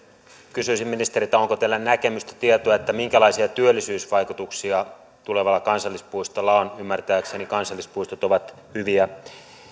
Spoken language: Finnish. kysyisin ministeriltä onko teillä näkemystä tietoa minkälaisia työllisyysvaikutuksia tulevalla kansallispuistolla on ymmärtääkseni kansallispuistot ovat hyviä